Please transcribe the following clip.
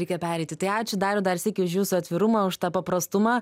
reikia pereiti tai ačiū dariau dar sykį už jūsų atvirumą už tą paprastumą